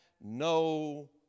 no